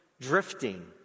drifting